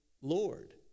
Lord